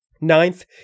Ninth